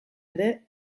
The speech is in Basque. ere